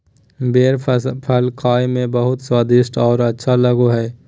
बेर फल खाए में बहुत स्वादिस्ट औरो अच्छा लगो हइ